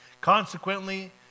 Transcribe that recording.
Consequently